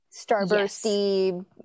Starbursty